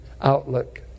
outlook